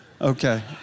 Okay